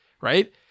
right